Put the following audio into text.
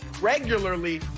regularly